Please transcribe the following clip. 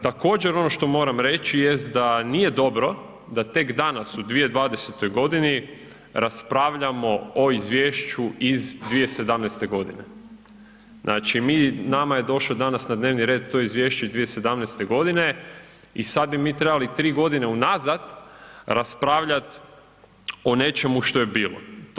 Također ono što moram reći jest da nije dobro da tek danas u 2020.g. raspravljamo o izvješću iz 2017.g., znači mi, nama je došo danas na dnevni red to izvješće iz 2017.g. i sad bi mi trebali 3.g. unazad raspravljat o nečemu što je bilo.